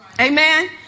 Amen